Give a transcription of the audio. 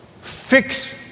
Fix